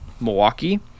Milwaukee